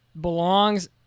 belongs